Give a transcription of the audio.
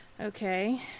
Okay